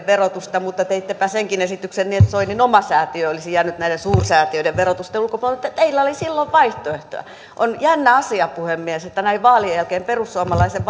verotusta mutta teittepä senkin esityksen niin että soinin oma säätiö olisi jäänyt näiden suursäätiöiden verotusten ulkopuolelle teillä oli silloin vaihtoehtoja on jännä asia puhemies että näin vaalien jälkeen perussuomalaisten